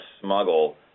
smuggle